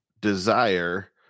desire